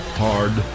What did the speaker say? hard